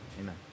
Amen